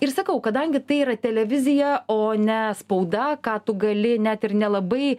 ir sakau kadangi tai yra televizija o ne spauda ką tu gali net ir nelabai